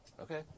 okay